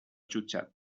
jutjat